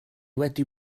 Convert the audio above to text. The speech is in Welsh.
wedi